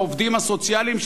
העובדים הסוציאליים,